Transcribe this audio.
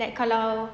like kalau